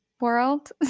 world